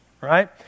right